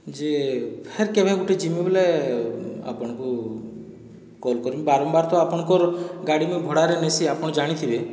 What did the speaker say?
ଯେ ଫେର କେବେ ଗୋଟିଏ ଯିମୁ ବୋଲେ ଆପଣଙ୍କୁ କଲ୍ କରିମି ବାରମ୍ବାର ତ ଆପଣଙ୍କର ଗାଡ଼ି ମୁଇଁ ଭଡ଼ାରେ ନେସି ଆପଣ ଜାଣିଥିବେ